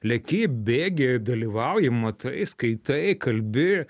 leki bėgi dalyvauji matai skaitai kalbi